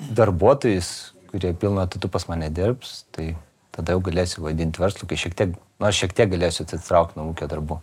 darbuotojus kurie pilnu etatu pas mane dirbs tai tada jau galėsiu vadint verslu kai šiek tiek nors šiek tiek galėsiu atsitraukti nuo ūkio darbų